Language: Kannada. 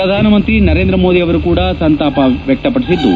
ಪ್ರಧಾನಮಂತ್ರಿ ನರೇಂದ್ರ ಮೋದಿ ಅವರು ಕೂಡ ಸಂತಾಪ ಸೂಚಿಸಿದ್ದು